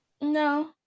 No